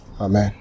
Amen